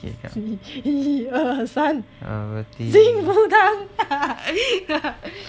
一二三幸福堂